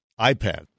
iPad